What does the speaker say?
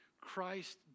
Christ